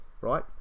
right